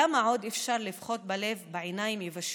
כמה עוד אפשר לבכות בלב בעיניים יבשות?